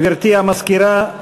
גברתי המזכירה,